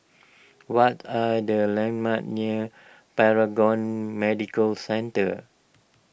what are the landmarks near Paragon Medical Centre